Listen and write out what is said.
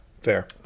fair